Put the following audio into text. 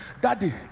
Daddy